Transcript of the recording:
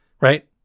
right